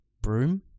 broom